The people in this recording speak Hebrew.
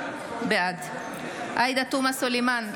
בעד עאידה תומא סלימאן,